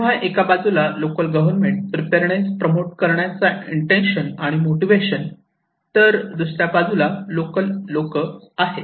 तेव्हा एका बाजूला लोकल गव्हर्मेंट प्रिपेअरनेस प्रमोट करण्याचा इंटेन्शन आणि मोटिवेशन तर दुसऱ्या बाजूला लोकल लोक आहेत